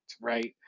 right